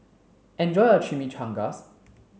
enjoy your Chimichangas